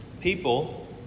people